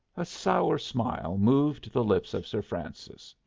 a sour smile moved the lips of sir francis.